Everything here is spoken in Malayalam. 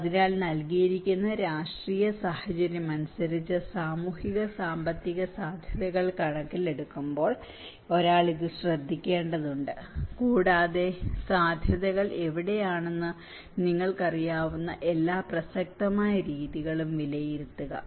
അതിനാൽ നൽകിയിരിക്കുന്ന രാഷ്ട്രീയ സാഹചര്യം അനുസരിച്ച് സാമൂഹിക സാമ്പത്തിക സാധ്യതകൾ കണക്കിലെടുക്കുമ്പോൾ ഒരാൾ ഇത് ശ്രദ്ധിക്കേണ്ടതുണ്ട് കൂടാതെ സാധ്യതകൾ എവിടെയാണെന്ന് നിങ്ങൾക്കറിയാവുന്ന എല്ലാ പ്രസക്തമായ രീതികളും വിലയിരുത്തുക